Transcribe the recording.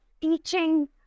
teaching